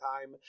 time